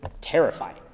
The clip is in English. terrifying